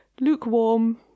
lukewarm